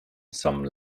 some